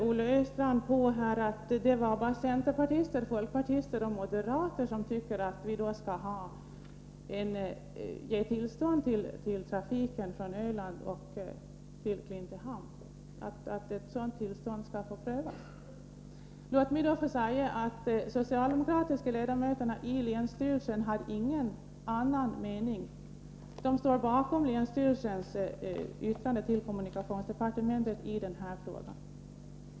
Olle Östrand menade att det bara är centerpartister, folkpartister och moderater som tycker att ett tillstånd för trafiken från Öland till Klintehamn skall få prövas. Låt mig då få säga att de socialdemokratiska ledamöterna i länsstyrelsen inte har någon annan mening. De står bakom länsstyrelsens yttrande till kommunikationsdepartementet i den här frågan.